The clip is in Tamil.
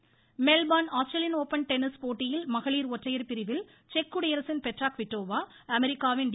tennis Melbourne Australian open tennis போட்டியில் மகளிர் ஒற்றையர் பிரிவில் செக் குடியரசின் பெட்ராக் குவிட்டோவா அமெரிக்காவின் டி